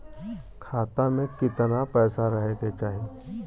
खाता में कितना पैसा रहे के चाही?